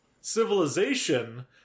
Civilization